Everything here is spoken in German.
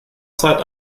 zeit